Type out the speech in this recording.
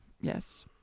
Yes